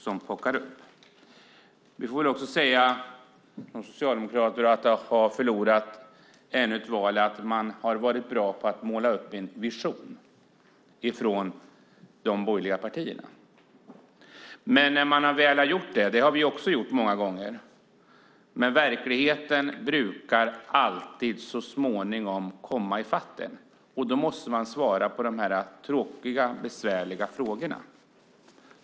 Som socialdemokrater får vi väl också, efter att ha förlorat ännu ett val, säga att de borgerliga partierna har varit bra på att måla upp en vision. Men när man väl har gjort det, och det har vi också gjort många gånger, brukar verkligheten alltid så småningom komma i fatt en, och då måste man svara på de tråkiga och besvärliga frågorna.